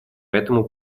этому